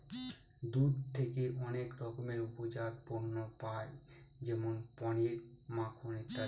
দুধ থেকে অনেক রকমের উপজাত পণ্য পায় যেমন পনির, মাখন ইত্যাদি